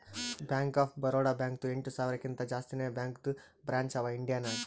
bank of Baroda ಬ್ಯಾಂಕ್ದು ಎಂಟ ಸಾವಿರಕಿಂತಾ ಜಾಸ್ತಿನೇ ಬ್ಯಾಂಕದು ಬ್ರ್ಯಾಂಚ್ ಅವಾ ಇಂಡಿಯಾ ನಾಗ್